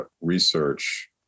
research